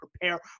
prepare